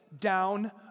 down